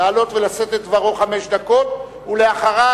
וכשיחליף אותי ייתן חמש דקות לכל אחד.